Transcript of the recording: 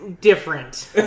different